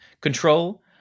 Control